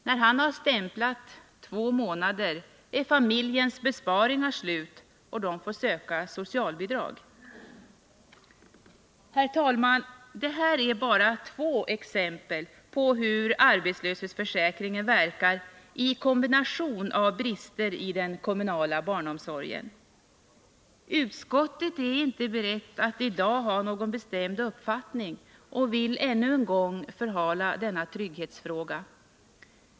När han har stämplat två månader är familjens besparingar slut, och de får söka socialbidrag. Herr talman! Det här är bara två exempel på hur arbetslöshetsförsäkringen verkar i kombination med brister i den kommunala barnomsorgen. Utskottet är inte berett att i dag ha någon bestämd uppfattning och vill ännu en gång förhala denna trygghetsfråga.